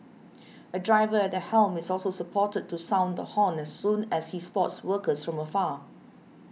a driver at the helm is also supported to sound the horn as soon as he spots workers from afar